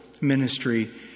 ministry